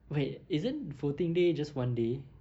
wait isn't voting day just one day